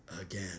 again